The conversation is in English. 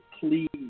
please